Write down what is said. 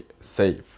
safe